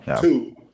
Two